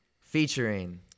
Featuring